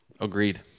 Agreed